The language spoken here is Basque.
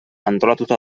antolatuta